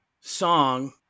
song